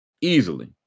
easily